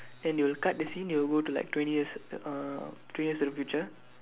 then they will cut the scene they will go to like twenty years uh twenty years into the future